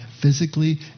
physically